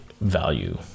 value